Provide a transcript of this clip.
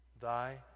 Thy